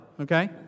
okay